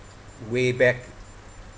way back